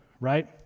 right